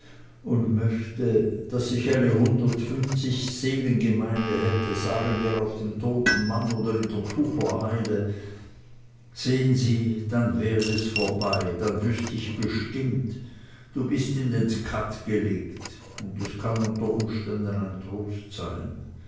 und möchte daß ich eine hundertundfünfzig seelen gemeinde hätte sagen wir auf dem toten mann oder in der tuchler heide sehen sie dann wär es vorbei dann wüßt ich bestimmt du bist in den skat gelegt und das kann unter umständen ein trost sein